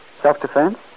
Self-defense